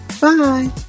Bye